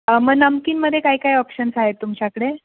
मग नमकीनमध्ये काय काय ऑप्शन्स आहे तुमच्याकडे